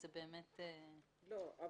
מה